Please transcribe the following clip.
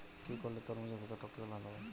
কি করলে তরমুজ এর ভেতর টকটকে লাল হবে?